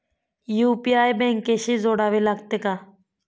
UPI बँकेशी जोडावे लागते का?